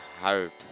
heart